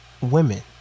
Women